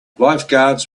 lifeguards